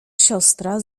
siostra